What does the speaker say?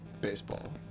baseball